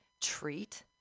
treat